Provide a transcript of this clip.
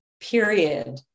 period